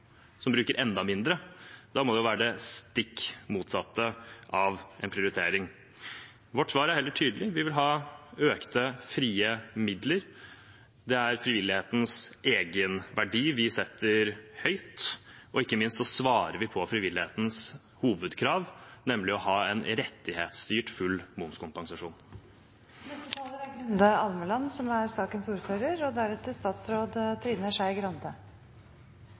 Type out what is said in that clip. bruker enda mindre? Det må jo være det stikk motsatte av en prioritering. Vårt svar er heller tydelig: Vi vil ha økte frie midler. Vi setter frivillighetens egenverdi høyt, og ikke minst svarer vi på frivillighetens hovedkrav, nemlig å ha en rettighetsstyrt, full momskompensasjon. Jeg synes det er